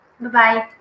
Bye-bye